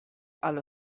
allo